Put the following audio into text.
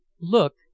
look